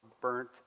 burnt